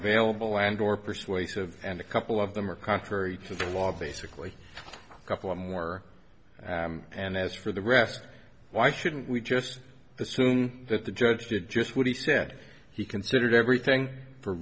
available and or persuasive and a couple of them are contrary to the law basically a couple of more and as for the rest why shouldn't we just assume that the judge did just what he said he considered everything for